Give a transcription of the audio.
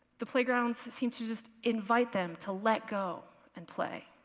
the playgrounds seemed to just invite them to let go and play.